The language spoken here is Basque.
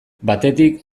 batetik